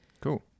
Cool